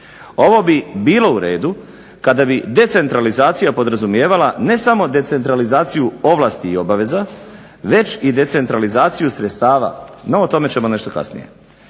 Ovo bi bilo u redu kada bi decentralizacija podrazumijevala ne samo decentralizaciju ovlasti i obaveza već i decentralizaciju sredstava. No, o tome ćemo nešto kasnije.